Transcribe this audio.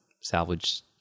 salvage